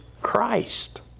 Christ